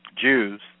Jews